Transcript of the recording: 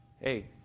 Hey